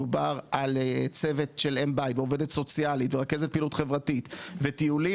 מדובר צוות של אם בית ועובדת סוציאלית ורכזת פעילות חברתית וטיולים